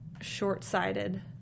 short-sighted